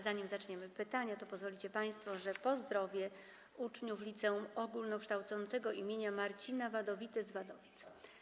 Zanim zaczniemy pytania, to pozwolicie państwo, że pozdrowię uczniów I Liceum Ogólnokształcącego im. Marcina Wadowity w Wadowicach.